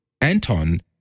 Anton